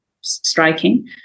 striking